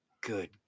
Good